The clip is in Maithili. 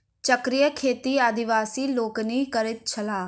चक्रीय खेती आदिवासी लोकनि करैत छलाह